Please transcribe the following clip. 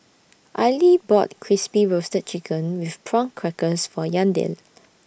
Aili bought Crispy Roasted Chicken with Prawn Crackers For Yandel